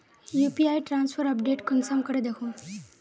UPI transfer update कुंसम करे दखुम?